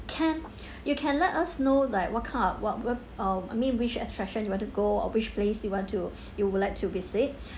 can you can let us know like what kind of wh~ what uh I mean which attraction you want to go or which place you want to you would like to visit